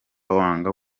wanga